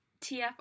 TF